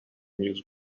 music